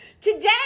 Today